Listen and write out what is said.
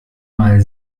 mal